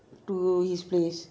to his place